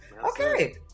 Okay